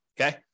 okay